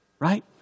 Right